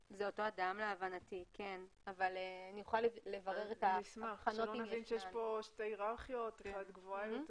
היום, נחזור ונדבר אתך בתקווה לשמוע בישיבה הבאה.